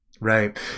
Right